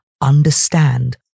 understand